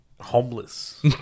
homeless